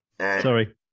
Sorry